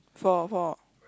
for for